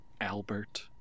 Albert